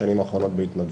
בשנים האחרונות בהתנדבות.